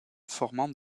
formant